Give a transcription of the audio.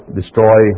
destroy